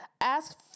ask